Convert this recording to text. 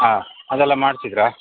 ಹಾಂ ಅದೆಲ್ಲ ಮಾಡ್ಸಿದ್ರಾ